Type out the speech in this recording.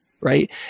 right